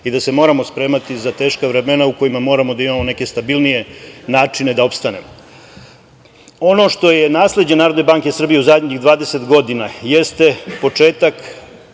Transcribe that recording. i da se moramo spremati za teška vremena u kojima moramo da imamo neke stabilnije načine da opstanemo. Ono što je nasleđe NBK u zadnjih 20 godina jeste početak